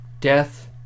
death